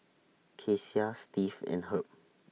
Kecia Steve and Herb